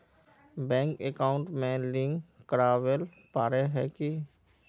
Bank account में link करावेल पारे है की?